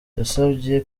yabasabye